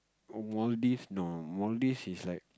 oh Maldives no Maldives is like